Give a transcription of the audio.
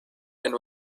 and